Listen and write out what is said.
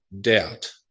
doubt